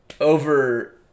over